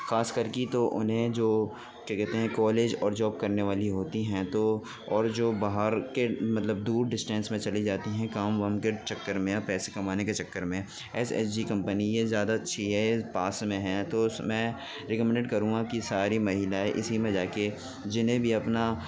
خاص کر کہ تو انہیں جو کیا کہتے ہیں کالج اور جاب کرنے والی ہوتی ہیں تو اور جو باہر کے مطلب دور ڈسٹینس میں چلی جاتی ہیں کام وام کے چکر میں پیسے کمانےکے چکر میں ایس ایچ جی کمپنی یہ زیادہ اچھی ہے پاس میں ہے تو اس میں ریکمنڈڈ کروں گا کہ ساری مہیلائیں اسی میں جا کے جنہیں بھی اپنا